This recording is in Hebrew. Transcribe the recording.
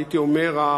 הייתי אומר,